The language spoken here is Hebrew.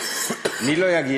מי לא יגיע?